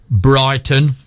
Brighton